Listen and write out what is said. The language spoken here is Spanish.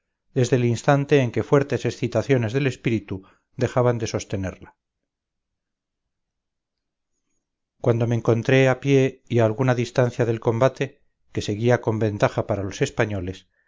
desde el instante en que fuertes excitaciones del espíritu dejaban de sostenerla cuando me encontré a pie y a alguna distancia del combate que seguía con ventaja para los españoles